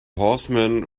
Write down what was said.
horseman